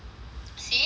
see Shin is